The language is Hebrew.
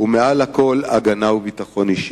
ומעל הכול, הגנה וביטחון אישי,